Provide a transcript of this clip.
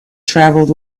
travelled